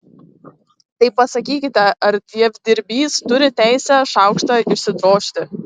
tai pasakykite ar dievdirbys turi teisę šaukštą išsidrožti